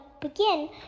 begin